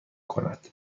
کند